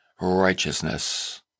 righteousness